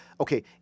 okay